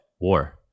war